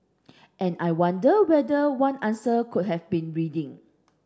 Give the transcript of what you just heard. and I wonder whether one answer could have been reading